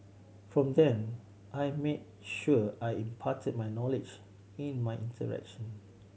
from then I made sure I imparted my knowledge in my interaction